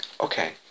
Okay